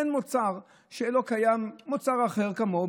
אין מוצר שלא קיים מוצר אחר כמוהו,